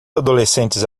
adolescentes